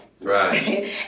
Right